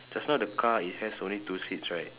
just now the it has only two seats right